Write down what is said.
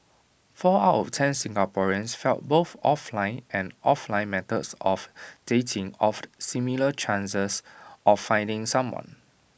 four out of ten Singaporeans felt both offline and offline methods of dating offered similar chances of finding someone